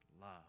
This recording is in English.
love